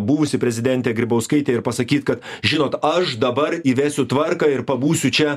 buvusi prezidentė grybauskaitė ir pasakyt kad žinot aš dabar įvesiu tvarką ir pabūsiu čia